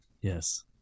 Yes